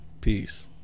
peace